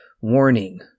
warning